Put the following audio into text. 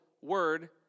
word